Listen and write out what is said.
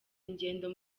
ingendo